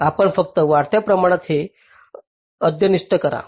आपण फक्त वाढत्या प्रमाणात ते अद्यतनित करा